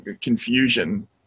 confusion